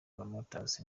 promoters